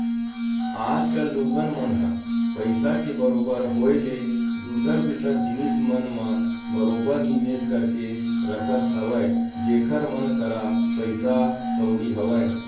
आज कल लोगन मन ह पइसा के बरोबर होय ले दूसर दूसर जिनिस मन म बरोबर निवेस करके रखत हवय जेखर मन करा पइसा कउड़ी हवय